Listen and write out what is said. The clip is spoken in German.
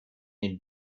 den